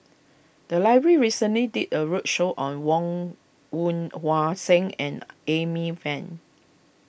the library recently did a roadshow on Woon Wah Hua Siang and Amy Van